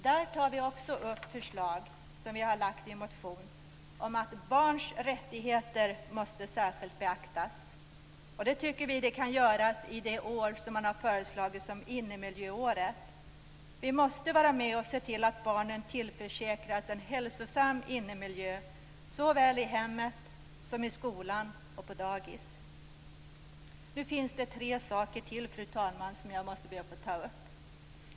Vi tar där upp det förslag som vi har framfört i en motion om att barns rättigheter särskilt måste beaktas. Vi tycker att det kan göras under det år som har föreslagits bli innemiljöåret. Vi måste se till att barnen tillförsäkras en hälsosam innemiljö såväl i hemmet som i skolan och på dagis. Fru talman! Jag ber att få ta upp tre frågor till.